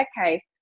okay